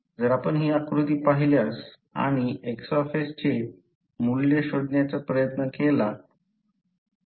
जर आपण ही आकृती पाहिल्यास आणि X चे मूल्य शोधण्याचा प्रयत्न केला तर